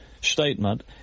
statement